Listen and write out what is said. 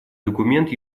документ